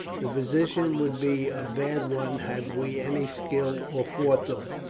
the position would be a bad one had we any skill or forethought.